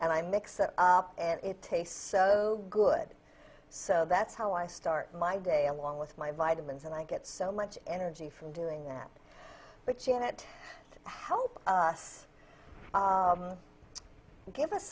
and i mix it up and it tastes good so that's how i start my day along with my vitamins and i get so much energy from doing that but janet help us give us